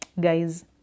guys